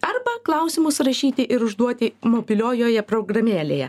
arba klausimus rašyti ir užduoti mobiliojoje programėlėje